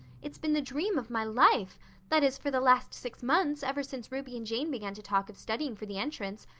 it's been the dream of my life that is, for the last six months, ever since ruby and jane began to talk of studying for the entrance.